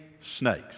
snakes